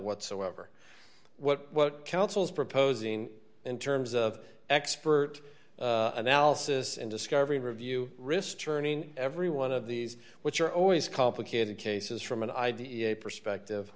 whatsoever what what council's proposing in terms of expert analysis and discovery review risk turning every one of these which are always complicated cases from an idea a perspective